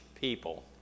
people